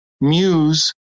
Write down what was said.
muse